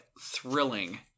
thrilling